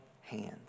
hands